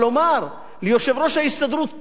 כאן מעל הבמה בכנסת,